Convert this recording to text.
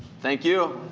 thank you.